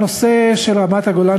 -הדין הרבניים,